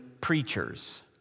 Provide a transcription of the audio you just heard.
preachers